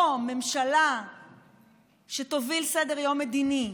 או ממשלה שתוביל סדר-יום מדיני,